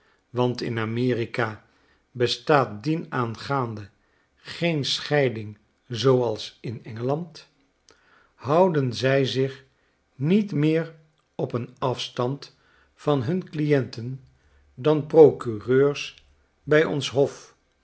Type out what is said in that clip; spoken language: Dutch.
in engeland houden zij zich niet meer op een afstand van hun clisnten dan procureurs by ons hof